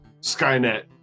Skynet